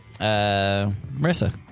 Marissa